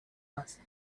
asked